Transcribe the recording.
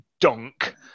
dunk